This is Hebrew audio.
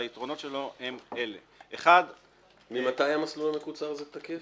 שהיתרונות שלו הם אלה --- ממתי המסלול המקוצר הזה תקף?